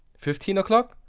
fifteen oclock?